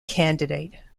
candidate